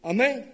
Amen